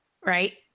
right